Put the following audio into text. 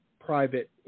private